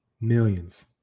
Millions